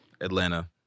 Atlanta